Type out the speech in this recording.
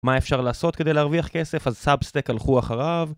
מה אפשר לעשות כדי להרוויח כסף, אז סאבסטק הלכו אחריו